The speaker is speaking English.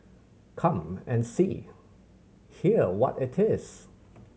come and see hear what it is